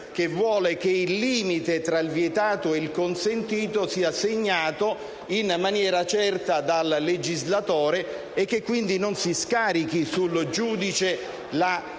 che vuole che il limite tra il vietato e il consentito sia segnato in maniera certa dal legislatore e che, quindi, non si scarichi sul giudice la decisione